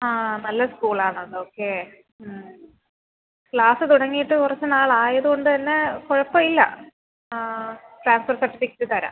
ആ നല്ല സ്കൂൾ ആണത് ഓക്കെ ക്ലാസ് തുടങ്ങിയിട്ട് കുറച്ച് നാൾ ആയത് കൊണ്ട് തന്നെ കുഴപ്പം ഇല്ല ട്രാൻസ്ഫർ സർട്ടിഫിക്കറ്റ് തരാം